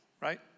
right